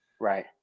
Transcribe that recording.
Right